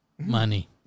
money